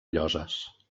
lloses